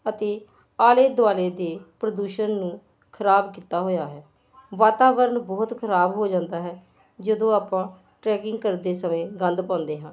ਅਤੇ ਆਲੇ ਦੁਆਲੇ ਦੇ ਪ੍ਰਦੂਸ਼ਣ ਨੂੰ ਖਰਾਬ ਕੀਤਾ ਹੋਇਆ ਹੈ ਵਾਤਾਵਰਨ ਬਹੁਤ ਖਰਾਬ ਹੋ ਜਾਂਦਾ ਹੈ ਜਦੋਂ ਆਪਾਂ ਟਰੈਕਿੰਗ ਕਰਦੇ ਸਮੇਂ ਗੰਦ ਪਾਉਂਦੇ ਹਾਂ